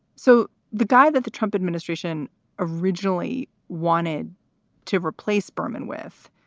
so the guy that the trump administration originally wanted to replace berman with,